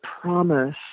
promise